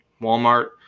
Walmart